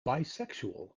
bisexual